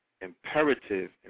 imperative